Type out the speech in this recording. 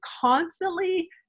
constantly